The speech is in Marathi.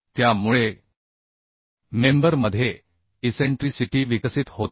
त्यामुळे मेंबर मध्ये इसेंट्रीसिटी विकसित होत नाही